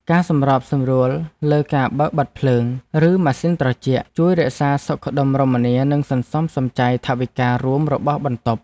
ការសម្របសម្រួលលើការបើកបិទភ្លើង ឬម៉ាស៊ីនត្រជាក់ជួយរក្សាសុខដុមរមនានិងសន្សំសំចៃថវិការួមរបស់បន្ទប់។